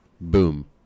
boom